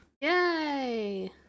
Yay